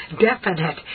definite